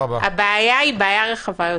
הבעיה היא בעיה רחבה יותר.